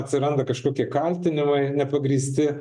atsiranda kažkokie kaltinimai nepagrįsti